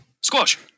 Squash